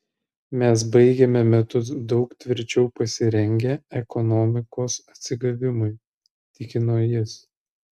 mes baigiame metus daug tvirčiau pasirengę ekonomikos atsigavimui tikino jis